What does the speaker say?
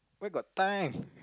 where got time